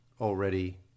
already